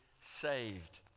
saved